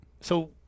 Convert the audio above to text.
So-